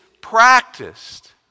practiced